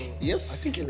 Yes